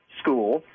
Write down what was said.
school